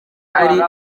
ari